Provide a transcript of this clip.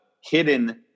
hidden